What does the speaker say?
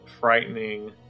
frightening